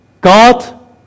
God